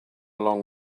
long